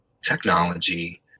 technology